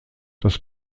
das